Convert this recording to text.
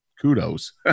kudos